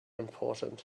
important